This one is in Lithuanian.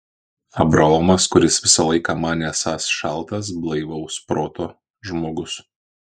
abraomas kuris visą laiką manė esąs šaltas blaivaus proto žmogus